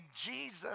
Jesus